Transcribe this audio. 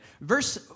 Verse